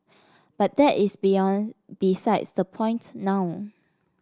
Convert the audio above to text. but that is beyond besides the point now